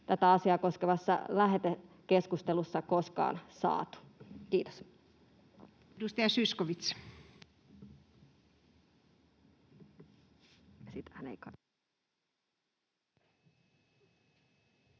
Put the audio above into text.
tätä asiaa koskevassa lähetekeskustelussa koskaan saatu. — Kiitos. Edustaja Zyskowicz.